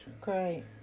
great